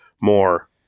more